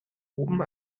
oben